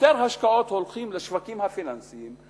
יותר השקעות הולכות לשווקים הפיננסיים,